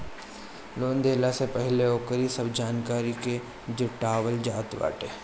loan देहला से पहिले ओकरी सब जानकारी के जुटावल जात बाटे